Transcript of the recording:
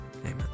amen